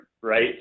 right